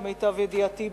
למיטב ידיעתי,